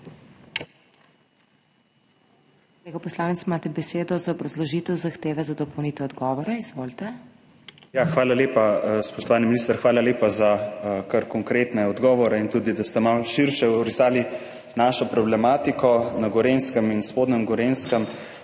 Hvala lepa. Spoštovani minister, hvala lepa za kar konkretne odgovore in tudi, da ste malo širše orisali našo problematiko na Gorenjskem in spodnjem Gorenjskem.